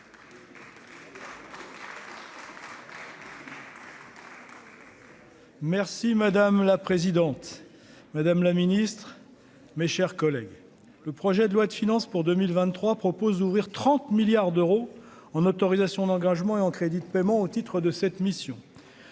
Merci madame la présidente, madame la Ministre, mes chers collègues, le projet de loi de finances pour 2023 proposent ouvrir 30 milliards d'euros en autorisations d'engagement et en crédits de paiement au titre de cette mission,